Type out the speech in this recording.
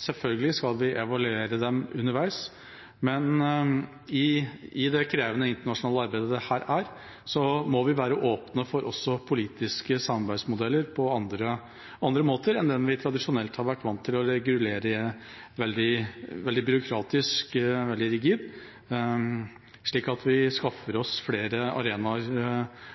Selvfølgelig skal vi evaluere dem underveis, men i det krevende, internasjonale arbeidet dette er, må vi være åpne for også politiske samarbeidsmodeller på andre måter enn den vi tradisjonelt har vært vant til å regulere veldig byråkratisk og veldig rigid, slik at vi skaffer oss flere arenaer